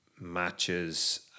matches